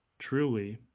Truly